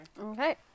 Okay